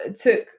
took